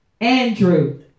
Andrew